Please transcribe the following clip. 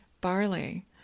barley